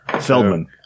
Feldman